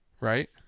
Right